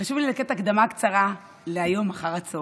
חשוב לי לתת הקדמה קצרה להיום אחר הצוהריים.